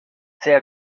sehr